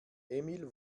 emil